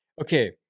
okay